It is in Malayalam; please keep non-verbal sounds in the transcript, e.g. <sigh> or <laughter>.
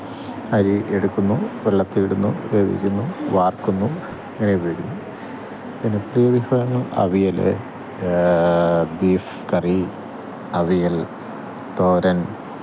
അരി എടുക്കുന്നു വെള്ളത്തിലിടുന്നു വേവിക്കുന്നു വാര്ക്കുന്നു അങ്ങനെ ഉപയോഗിക്കുന്നു <unintelligible> അവിയൽ ബീഫ് കറി അവിയല് തോരന്